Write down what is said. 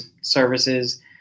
services